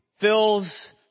fills